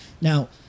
Now